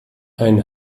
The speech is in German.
einen